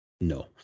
No